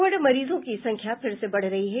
Covid मरीजों की संख्या फिर से बढ़ रही है